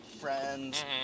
friends